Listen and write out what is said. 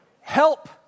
Help